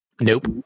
Nope